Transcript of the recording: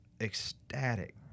ecstatic